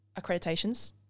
accreditations